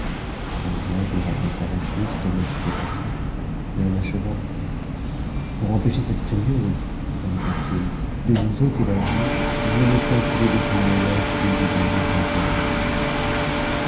lui raconta la chose comme elle s'était passée et en achevant pour empêcher cette furieuse ajouta-t-il de vous ôter la vie je n'ai point trouvé d'autre moyen que de la lui ravir à elle-même